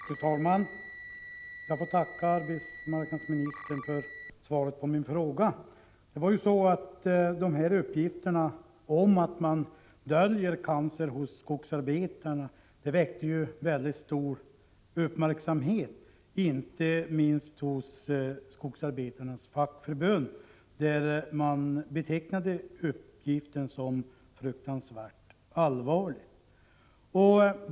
Fru talman! Jag får tacka arbetsmarknadsministern för svaret på min fråga. Uppgiften om att man döljer cancer hos skogsarbetare väckte väldigt stor uppmärksamhet inte minst hos skogsarbetarnas fackförbund, där man betecknade uppgiften som fruktansvärt allvarlig.